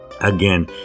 again